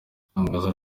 itangazo